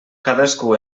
cadascú